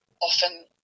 often